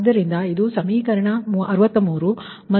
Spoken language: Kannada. ಆದ್ದರಿಂದ ಇದು ಸಮೀಕರಣ 63 ಮತ್ತು ಇದು ಸಮೀಕರಣ 64 ಸರಿ